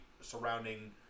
surrounding